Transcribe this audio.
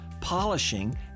polishing